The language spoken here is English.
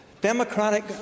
democratic